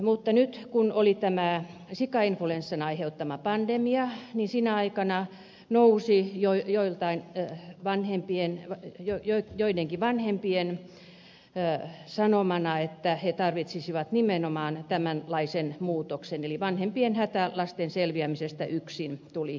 mutta nyt kun oli tämä sikainfluenssan aiheuttama pandemia sinä aikana nousi joi joiltain perheen vanhempien ja jo joidenkin vanhempien sanomana esille että he tarvitsisivat nimenomaan tämänlaisen muutoksen eli vanhempien hätä lasten selviämisestä yksin tuli esille